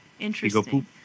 Interesting